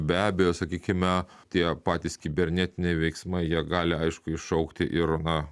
be abejo sakykime tie patys kibernetiniai veiksmai jie gali aišku iššaukti ir na